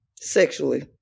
Sexually